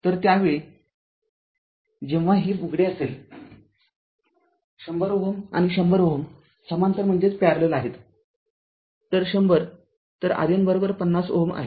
तर त्यावेळी जेव्हा हे उघडे असेल १०० आणि १०० Ω समांतर आहेत तर१०० तर RN ५० Ω आहे